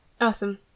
Awesome